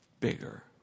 bigger